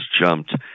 jumped